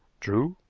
true.